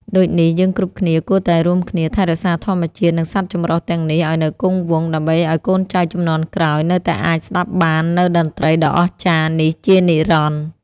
ដូចនេះ យើងគ្រប់គ្នាគួរតែរួមគ្នាថែរក្សាធម្មជាតិ និងសត្វចម្រុះទាំងនេះឱ្យនៅគង់វង្ស ដើម្បីឱ្យកូនចៅជំនាន់ក្រោយនៅតែអាចស្ដាប់បាននូវតន្ត្រីដ៏អស្ចារ្យនេះជានិរន្តរ៍។